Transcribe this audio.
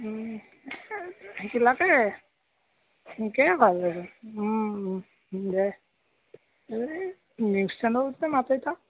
উম সেইগিলাকে তেনেকৈয়েই ভাল আৰু দে এই নিউজ চেনেলতে মাতে তাক